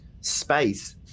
space